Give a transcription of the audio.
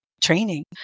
training